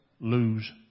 lose